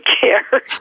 care